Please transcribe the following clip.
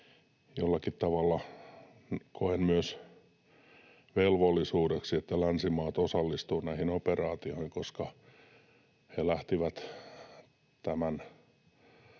jollakin tavalla koen myös velvollisuudeksi, että länsimaat osallistuvat näihin operaatioihin, koska he lähtivät viemään